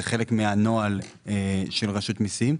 זה חלק מהנוהל של רשות מיסים.